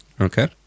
Okay